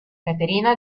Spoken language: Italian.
caterina